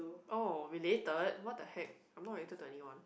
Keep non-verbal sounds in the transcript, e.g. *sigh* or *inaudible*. oh related *noise* what-the-heck I'm not related to anyone